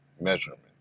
measurement